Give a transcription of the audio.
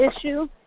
issue